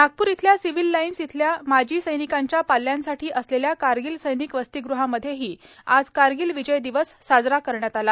नागपूर इथल्या Civil Lines इथल्या माजी सैनिकांच्या पाल्यांसाठी असलेल्या कारगिल सैनिक वसतिग्रहामध्येही आज कारगिल विजय दिवस साजरा करण्यात आला